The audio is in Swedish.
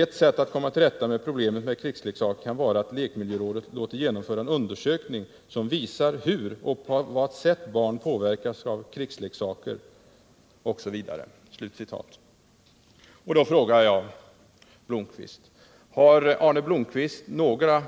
Ett sätt att komma till rätta med problemet med krigsleksaker kan vara att lekmiljörådet låter genomföra en undersökning som visar hur och på vad sätt barn påverkas av krigsleksaker ——=-.” För det första: Har Arne Blomkvist några